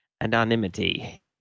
anonymity